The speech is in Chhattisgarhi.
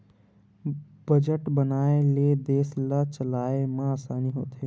बजट बनाए ले देस ल चलाए म असानी होथे